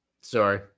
Sorry